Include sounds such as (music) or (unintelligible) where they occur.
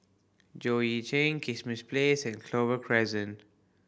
Joo Yee (unintelligible) Kismis Place and Clover Crescent